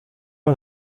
han